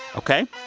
ok?